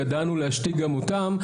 ידענו להשתיק גם אותם,